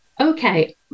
okay